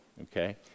Okay